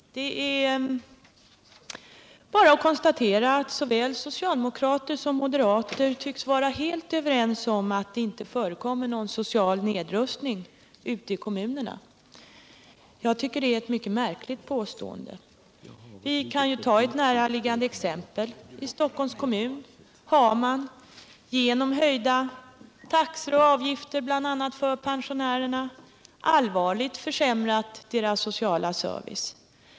Det är bara att konstatera att socialdemokrater och moderater tycks vara helt överens om att det inte förekommer någon social nedrustning ute i kommunerna. Jag tycker det är ett mycket märkligt påstående. Vi kan ta några näraliggande exempel. I Stockholms kommun har man genom höjda taxor och avgifter bl.a. för pensionärerna allvarligt försämrat deras sociala service.